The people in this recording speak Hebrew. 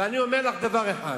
ואני אומר לך דבר אחד,